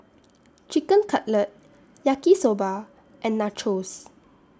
Chicken Cutlet Yaki Soba and Nachos